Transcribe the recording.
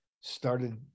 started